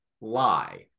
lie